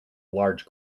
large